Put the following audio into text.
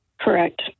Correct